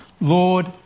Lord